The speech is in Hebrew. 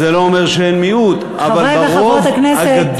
זה לא אומר שאין מיעוט חברי וחברות הכנסת,